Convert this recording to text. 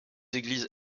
églises